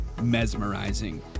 mesmerizing